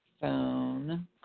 phone